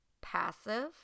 passive